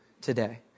today